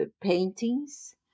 paintings